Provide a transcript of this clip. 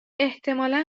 احتمالا